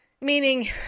Meaning